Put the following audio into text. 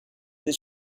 that